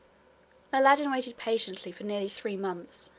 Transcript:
aladdin waited patiently for nearly three months,